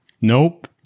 Nope